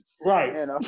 Right